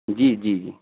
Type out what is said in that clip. جی جی جی